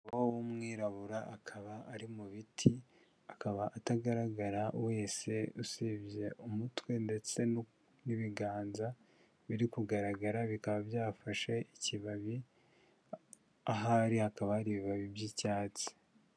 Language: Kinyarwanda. Umugabo w'umwirabura akaba ari mu biti, akaba atagaragara wese usibye umutwe ndetse n'ibiganza biri kugaragara bikaba byafashe ikibabi ahari hakaba hari ibibabi by'icyatsi.